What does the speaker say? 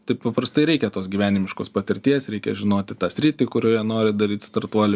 tai paprastai reikia tos gyvenimiškos patirties reikia žinoti tą sritį kurioje nori daryt startuolį